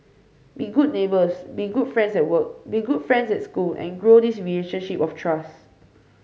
be good neighbours be good friends at work be good friends at school and grow this relationship of trust